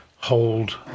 Hold